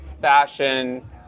fashion